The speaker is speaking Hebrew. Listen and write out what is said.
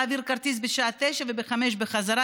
להעביר כרטיס בשעה 09:00 וב-17:00 בחזרה,